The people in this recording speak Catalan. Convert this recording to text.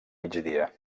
migdia